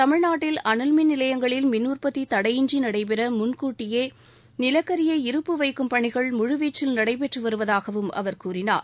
தமிழ்நாட்டில் அனல் மின் நிலையங்களில் மின் உற்பத்தி தடையின்றி நடைபெற முன்கூட்டியே நிலக்கரியை இருப்பு வைக்கும் பணிகள் முழுவீச்சில் நடைபெற்று வருவதாகவும் அவர் கூறினார்